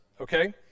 okay